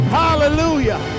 hallelujah